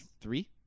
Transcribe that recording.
three